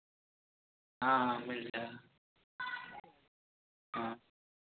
हाँ हाँ मिल जाएगा हाँ